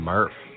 Murph